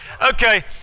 Okay